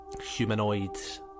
humanoids